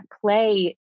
play